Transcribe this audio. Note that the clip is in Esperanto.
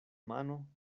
mano